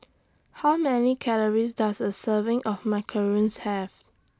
How Many Calories Does A Serving of Macarons Have